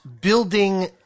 building